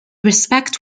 respect